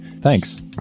Thanks